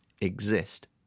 exist